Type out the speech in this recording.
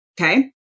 Okay